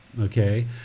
okay